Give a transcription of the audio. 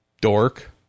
dork